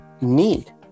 need